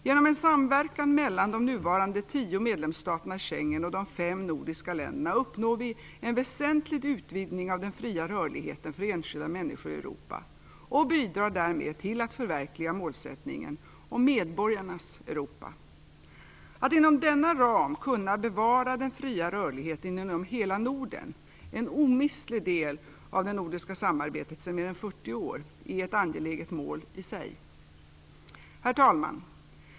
Genom en samverkan mellan de nuvarande tio medlemsstaterna i Schengensamarbetet och de fem nordiska länderna uppnår vi en väsentlig utvidgning av den fria rörligheten för enskilda människor i Europa och bidrar därmed till att förverkliga målsättningen om "medborgarnas Europa". Att inom denna ram kunna bevara den fria rörligheten inom hela Norden, en omistlig del av det nordiska samarbetet sedan mer än 40 år, är ett angeläget mål i sig. Herr talman!